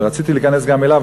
ורציתי להיכנס גם אליו.